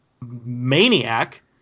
maniac